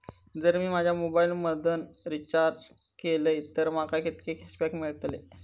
जर मी माझ्या मोबाईल मधन रिचार्ज केलय तर माका कितके कॅशबॅक मेळतले?